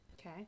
Okay